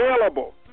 available